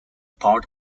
part